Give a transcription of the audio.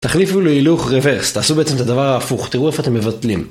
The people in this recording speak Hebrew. תחליפו להילוך רוורס, תעשו בעצם את הדבר ההפוך, תראו איפה אתם מבטלים.